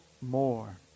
more